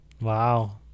Wow